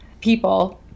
people